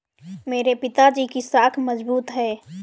मेरे पिताजी की साख मजबूत है